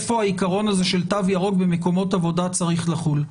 היכן העיקרון הזה של תו ירוק במקומות עבודה צריך לחול.